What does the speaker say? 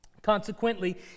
Consequently